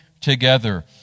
together